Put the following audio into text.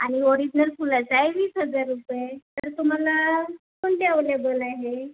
आणि ओरिजनल फुलाचे आहे वीस हजार रुपये तर तुम्हाला कोणते अवेलेबल आहे